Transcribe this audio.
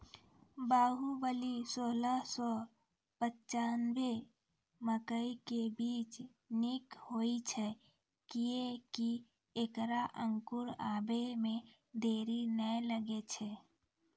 बाहुबली सोलह सौ पिच्छान्यबे मकई के बीज निक होई छै किये की ऐकरा अंकुर आबै मे देरी नैय लागै छै?